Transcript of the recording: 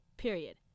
period